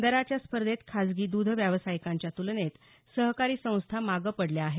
दराच्या स्पर्धेत खासगी द्ध व्यवसायिकांच्या तुलनेत सहकारी संस्था मागं पडल्या आहेत